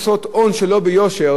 הציבור היום אומר את דבריו.